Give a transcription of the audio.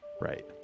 Right